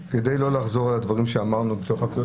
כדי לא לחזור על הדברים שאמרנו בקריאות